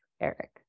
Eric